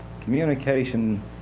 Communication